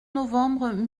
novembre